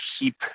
keep